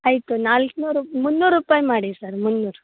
ಆಯಿತು ನಾಲ್ಕುನೂರು ಮುನ್ನೂರು ರುಪಾಯಿ ಮಾಡಿ ಸರ್ ಮುನ್ನೂರು